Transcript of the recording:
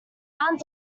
aunt